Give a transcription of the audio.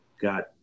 got